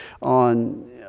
on